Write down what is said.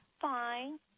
Fine